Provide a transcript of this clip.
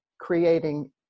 creating